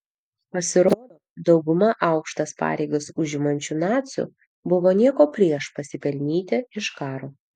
pasirodo dauguma aukštas pareigas užimančių nacių buvo nieko prieš pasipelnyti iš karo